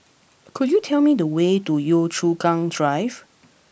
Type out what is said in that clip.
could you tell me the way to Yio Chu Kang Drive